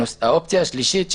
האופציה השלישית,